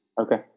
Okay